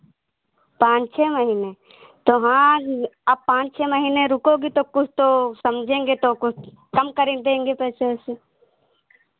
पाँच छह महीने तो हाँ अब पाँच छह महीने रुकोगी तो कुछ तो समझेंगे तो कुछ कम कर देंगे पैसे वैसे